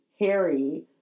Harry